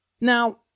Now